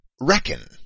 reckon